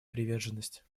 приверженность